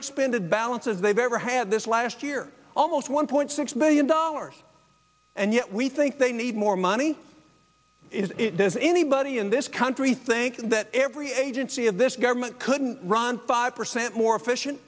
expended balances they've ever had this last year almost one point six billion dollars and yet we think they need more money does anybody in this country think that every agency of this government couldn't run five percent more efficient